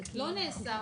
זה לא נעשה.